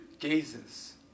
gazes